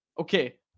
Okay